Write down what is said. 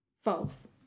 false